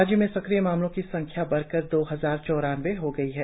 राज्य में सक्रिय मामलों की संख्या बढ़कर दो हजार चौरानबे हो गई है